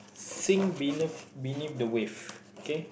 sink beneath beneath the way okay